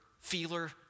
feeler